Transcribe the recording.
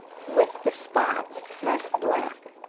with the spots less black.